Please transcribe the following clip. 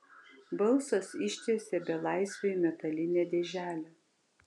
balsas ištiesė belaisviui metalinę dėželę